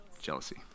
Jealousy